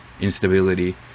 Instability